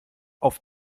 auf